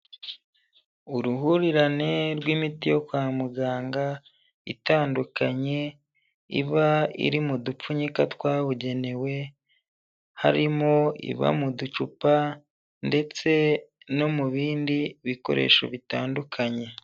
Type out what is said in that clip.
Uruhurirane rw'imiti yo kwa muganga itandukanye, iba iri mu dupfunyika twabugenewe harimo iba mu ducupa, ndetse no mu bindi bikoresho bitandukanye.